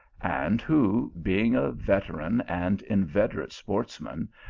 and who, being a veteran and inveterate sportsman,